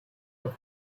the